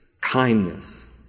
kindness